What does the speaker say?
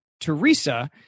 Teresa